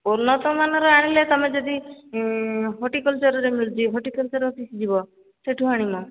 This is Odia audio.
ଉନ୍ନତମାନର ଆଣିଲେ ତୁମେ ଯଦି ହର୍ଟିକଲଚରରେ ମିଳୁଛି ହର୍ଟିକଲଚର କି ଯିବ ସେଠୁ ଆଣିବ